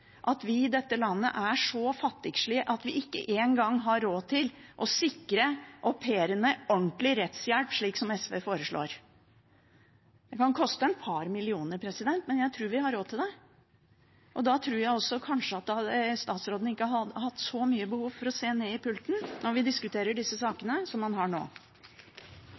at vi i dette landet er så fattigslig at vi ikke engang har råd til å sikre au pairene ordentlig rettshjelp slik som SV foreslår. Det kan koste et par millioner, men jeg tror vi har råd til det. Da tror jeg kanskje også at statsråden ikke hadde hatt så stort behov for å se ned i pulten når vi diskuterer disse sakene, som han har nå.